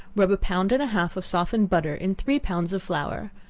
rub a pound and a half of softened butter in three pounds of flour,